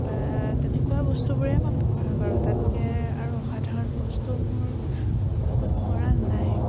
বা তেনেকুৱা বস্তুবোৰেই মই ব্যৱহাৰ কৰোঁ তাতকৈ আৰু অসাধাৰণ বস্তু মোৰ চকুত পৰা নাই